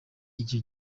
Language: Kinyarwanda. icyo